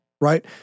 Right